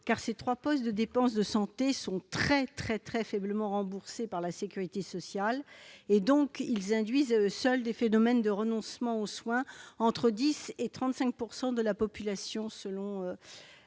car ces trois postes de dépenses de santé sont très faiblement remboursés par la sécurité sociale. Ils induisent donc à eux seuls des phénomènes de renoncement aux soins- entre 10 % et 35 % de la population, selon